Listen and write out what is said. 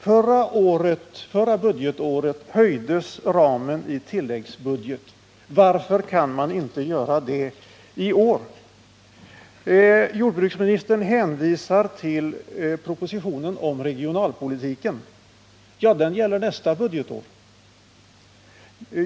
Förra budgetåret höjdes ramen i tilläggsbudget. Varför kan man inte göra det i år? Jordbruksministern hänvisar till propositionen om regionalpolitiken. Men den gäller nästa budgetår.